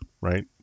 right